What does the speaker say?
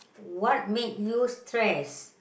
what made you stress